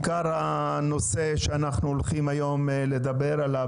עיקר הנושא שאנחנו הולכים היום לדבר עליו